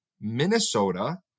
Minnesota